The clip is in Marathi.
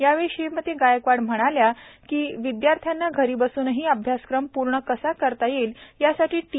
यावेळी श्रीमती गायकवाड म्हणाल्या कीविद्यार्थ्यांना घरी बसूनही अभ्यासक्रम पूर्ण कसा करता येईल यासाठी टी